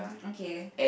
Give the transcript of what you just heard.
okay